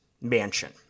mansion